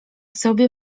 sobie